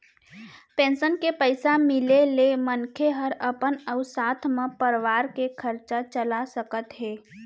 pension के पइसा मिले ले मनखे हर अपन अउ साथे म परवार के खरचा चला सकत हे